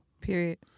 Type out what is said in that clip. Period